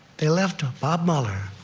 they left ah bob mueller,